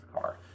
car